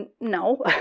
no